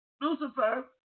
Lucifer